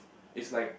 it's like